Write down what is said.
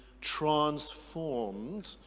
transformed